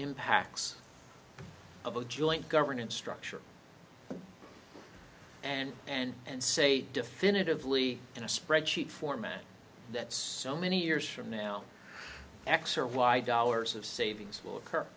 impacts of a joint governance structure and and and say definitively in a spreadsheet format that so many years from now x or y dollars of savings will occur